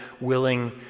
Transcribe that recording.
willing